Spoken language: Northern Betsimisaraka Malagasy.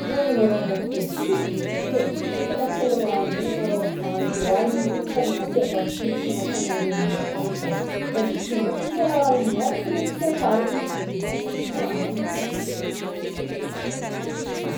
Zegny moa rô mbô possible, izy koa difitry agnatin'ny ragno zegny ma rô tany ke aiza eky tany anasivàgna'tongotrognao tany ande hilifasagny efa tsy maintsy miaraky lentiky aka edy môko de fa maty agnaty ragno agny zegny olo jiaby e.